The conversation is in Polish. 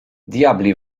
diabli